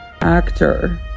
actor